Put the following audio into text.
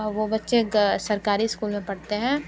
वो बच्चे सरकारी स्कूल में पढ़ते हैं